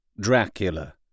Dracula